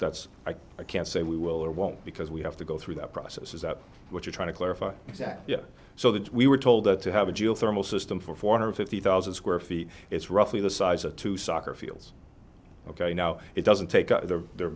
that's why i can't say we will or won't because we have to go through that process is that what you're trying to clarify exactly so that we were told that to have a geothermal system for four hundred fifty thousand square feet it's roughly the size of two soccer fields ok now it doesn't take the